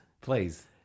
Please